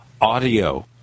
Audio